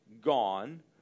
gone